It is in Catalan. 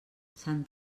sant